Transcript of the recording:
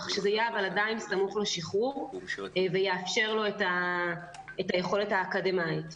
כך שזה יהיה עדיין סמוך לשחרור ויאפשר לו את היכולת ללימודים אקדמאיים.